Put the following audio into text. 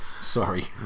Sorry